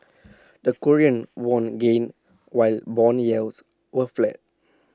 the Korean won gained while Bond yields were flat